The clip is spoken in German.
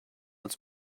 uns